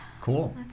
Cool